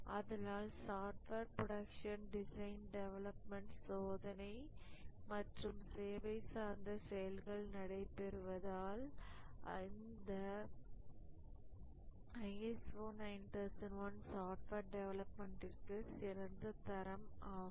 ஆதலால் software production design development சோதனை மற்றும் சேவை சார்ந்த செயல்கள் நடைபெறுவதால் இதுவே சாப்ட்வேர் டெவலப்மெண்ட்ற்கு சிறந்த தரம் ஆகும்